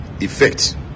effect